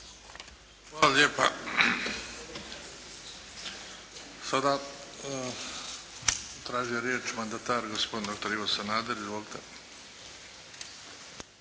Hvala lijepa. Sada je tražio riječ mandatar gospodin doktor Ivo Sanader. Izvolite.